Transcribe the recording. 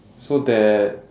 so that